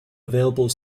available